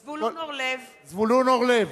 (קוראת בשמות חברי הכנסת) זבולון אורלב,